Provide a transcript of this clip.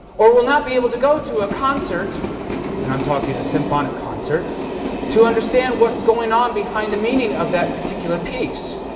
or will not be able to go to a concert and i'm talking a symphonic concert to understand what is going on behind the meaning of that particular piece.